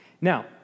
Now